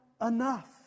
enough